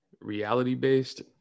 reality-based